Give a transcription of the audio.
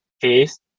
face